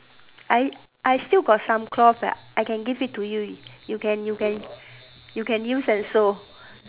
I I still got some cloth I can give it to you can you can you can use and sew